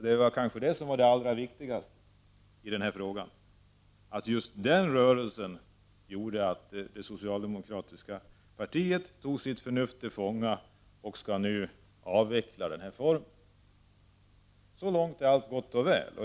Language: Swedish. Det var kanske det som var det allra viktigaste — att just den rörelsen gjorde att det socialdemokratiska partiet tog sitt förnuft till fånga, och nu skall avveckla den här anslutningsformen. Så långt är allt gott och väl.